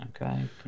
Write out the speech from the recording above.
Okay